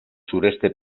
sureste